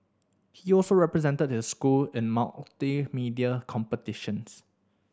he also represented his school in multimedia competitions